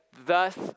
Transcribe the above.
Thus